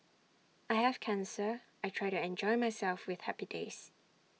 I have cancer I try to enjoy myself with happy days